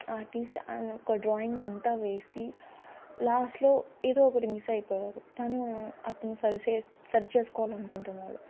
artist ఒక drawing అంతా వేసి లాస్ట్లో ఏదో ఒకటి మిస్ అయిపోయారు తను అతను సరి సరి చేసుకోవాలనుకుంటున్నాడు ఆ టైంలో